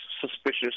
suspicious